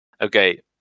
okay